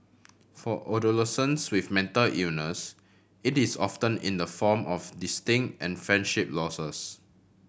for adolescents with mental illness it is often in the form of distant and friendship losses